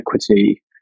equity